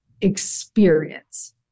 experience